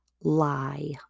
lie